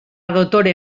dotore